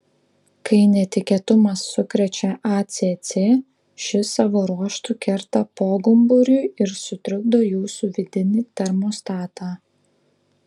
kai netikėtumas sukrečia acc ši savo ruožtu kerta pogumburiui ir sutrikdo jūsų vidinį termostatą